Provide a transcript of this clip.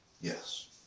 Yes